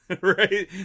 right